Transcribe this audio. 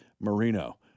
Marino